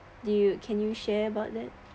do you can you share about that